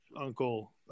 uncle